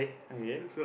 okay